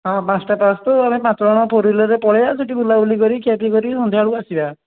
ହଁ ପାଞ୍ଚଟା ପାସ୍ ତ ଆମେ ପାଞ୍ଚଜଣ ଫୋର୍ହ୍ୱିଲର୍ରେ ପଳାଇବା ସେଇଠି ବୁଲାବୁଲି କରି ଖିଆପିଆ କରି ସନ୍ଧ୍ୟା ବେଳକୁ ଆସିବା